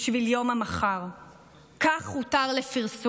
/ בשביל יום המחר / כך הותר לפרסום.